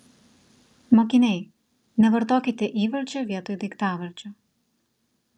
mokiniai nevartokite įvardžio vietoj daiktavardžio